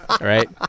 Right